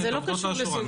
זה לא קשור לסנגור.